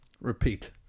Repeat